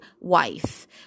wife